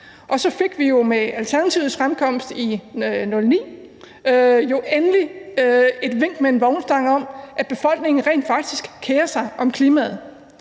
Og så fik vi med Alternativets fremkomst i 2009 jo endelig et vink med en vognstang om, at befolkningen rent faktisk kerer sig om klimaet,